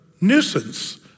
nuisance